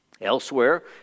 Elsewhere